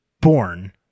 born